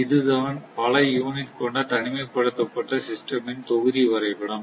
இதுதான் பல யூனிட் கொண்ட தனிமைப்படுத்தப்பட்ட சிஸ்டம் ன் தொகுதி வரைபடம்